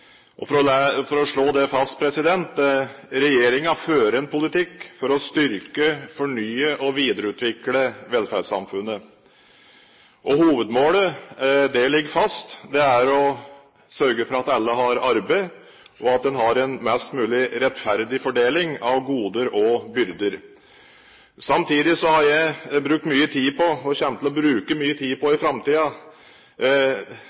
gjøre i årene framover. For å slå det fast: Regjeringen fører en politikk for å styrke, fornye og videreutvikle velferdssamfunnet. Hovedmålet ligger fast. Det er å sørge for at alle har arbeid, og at en har en mest mulig rettferdig fordeling av goder og byrder. Samtidig har jeg brukt mye tid på, og kommer i framtiden til å bruke mye tid på,